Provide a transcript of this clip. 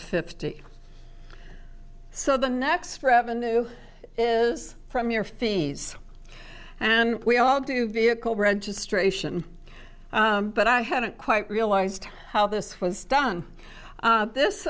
fifty so the next revenue is from your fees and we all do vehicle registration but i hadn't quite realized how this was done this